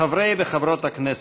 חברי וחברות הכנסת,